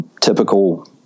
typical